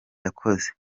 yakoze